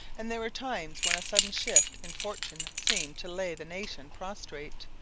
and there were times when a sudden shift in fortune seemed to lay the nation prostrate,